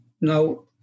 Now